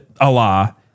Allah